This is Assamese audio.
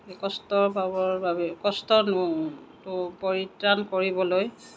সেই কষ্ট পাবৰ বাবে কষ্ট পৰিত্ৰাণ কৰিবলৈ